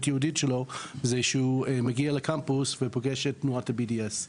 היהודית שלו זה כשהוא מגיע לקמפוס ופוגש את תנועת ה-BDS.